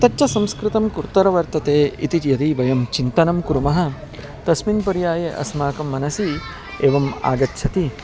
तच्च संस्कृतं कुत्र वर्तते इति यदि वयं चिन्तनं कुर्मः तस्मिन् पर्याये अस्माकं मनसि एवम् आगच्छति